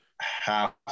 half